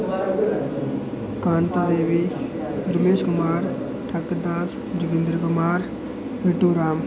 Kanta Devi Ramesh Kumar Thakar Das Joginder Kumar Triddu Ram